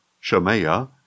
Shemaiah